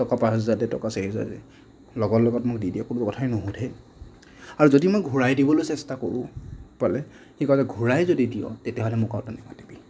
টকা পাঁচ হেজাৰ দে টকা চাৰি হেজাৰ দে লগত লগত মোক দি দিয়ে কোনো কথাই নোসোধে আৰু যদি মই ঘূৰাই দিবলৈ চেষ্টা কৰোঁ পালে সি কয় যে ঘূৰাই যদি দিয় তেতিয়াহ'লে মোক আৰু তই নামাতিবি